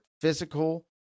physical